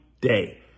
day